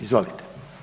Izvolite.